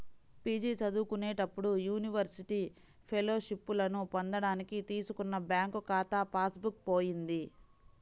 PG చదువుకునేటప్పుడు university ఫెలోషిప్పులను పొందడానికి తీసుకున్న బ్యాంకు ఖాతా పాస్ బుక్ పోయింది